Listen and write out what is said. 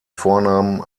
vornamen